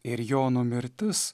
ir jono mirtis